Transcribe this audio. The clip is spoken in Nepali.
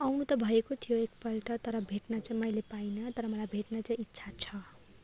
आउनु त भएको थियो एकपल्ट तर भेट्न चाहिँ मैले पाइनँ तर मलाई भेट्न चाहिँ इच्छा छ